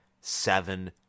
seven